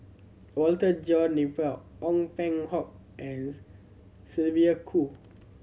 Walter John Napier Ong Peng Hock and Sylvia Kho